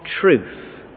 truth